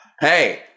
Hey